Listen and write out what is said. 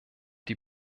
die